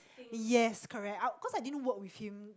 yes correct out cause I didn't work with him